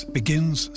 begins